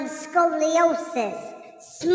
scoliosis